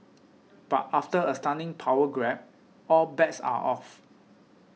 but after a stunning power grab all bets are off